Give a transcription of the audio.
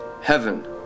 heaven